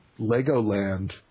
Legoland